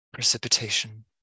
Precipitation